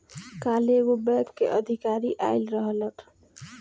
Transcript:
काल्ह एगो बैंक के अधिकारी आइल रहलन